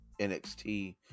NXT